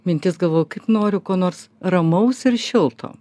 mintis galvojau kad noriu ko nors ramaus ir šilto